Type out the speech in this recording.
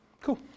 cool